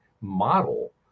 model